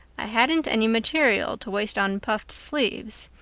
i hadn't any material to waste on puffed sleeves.